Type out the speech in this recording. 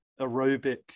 aerobic